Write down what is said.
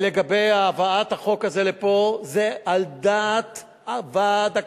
לגבי הבאת החוק הזה לפה, זה על דעת ועד הכבאים.